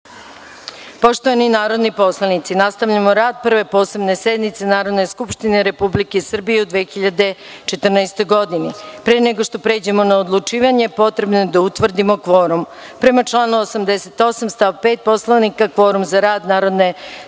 zapisnika. Poštovani narodni poslanici nastavljamo rad Prve posebne sednice Narodne skupštine Republike Srbije u 2014. godini. Pre nego što pređemo na odlučivanje potrebno je da utvrdimo kvorum. Prema članu 88. stav 5. Poslovnika, kvorum za rad Narodne